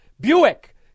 buick